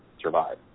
survive